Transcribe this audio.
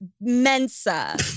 Mensa